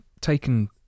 taken